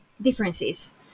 differences